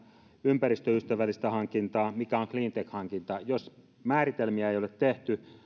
ympäristöystävällistä hankintaa mikä on cleantech hankintaa jos määritelmiä ei ole tehty